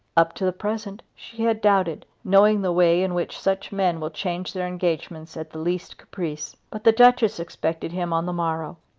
up to the present she had doubted, knowing the way in which such men will change their engagements at the least caprice. but the duchess expected him on the morrow.